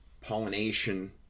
pollination